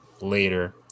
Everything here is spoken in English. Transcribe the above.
later